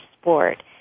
sport